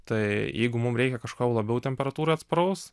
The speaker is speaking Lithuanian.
tai jeigu mum reikia kažko labiau temperatūrai atsparaus